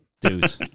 Dude